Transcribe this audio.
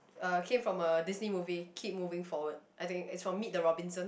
uh came from a Disney movie keep moving forward I think it's from Meet the Robinson